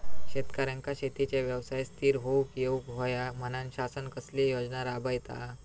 शेतकऱ्यांका शेतीच्या व्यवसायात स्थिर होवुक येऊक होया म्हणान शासन कसले योजना राबयता?